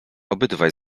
obydwaj